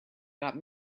got